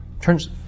turns